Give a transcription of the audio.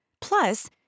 Plus